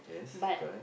but